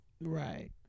Right